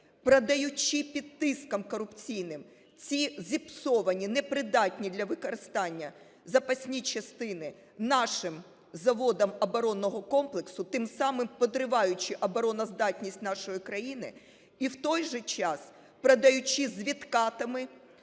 продаючи під тиском корупційним ці зіпсовані, непридатні для використання, запасні частини нашим заводам оборонного комплексу, тим самим підриваючи обороноздатність нашої країни, і в той же час продаючи з відкатами,